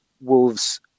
Wolves